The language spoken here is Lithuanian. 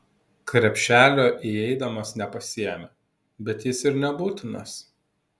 krepšelio įeidamas nepasiėmė bet jis ir nebūtinas